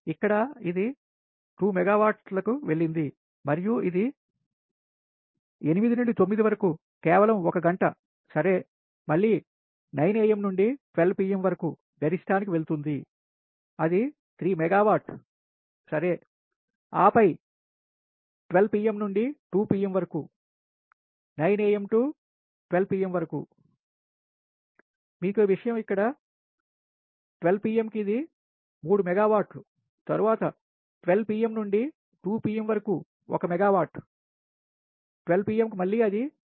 ఆపై 12 pm నుండి 2 pm వరకు 9am to నుండి12 pm వరకు మీ కో విషయం ఇక్కడ 12pm కి ఇది 3 మెగావాట్లు తరువాత 12pm నుండి 2 pm వరకు ఒక మెగావాట్ 12 pm కు మళ్ళీ అది క్రింది కి 1